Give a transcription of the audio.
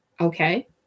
okay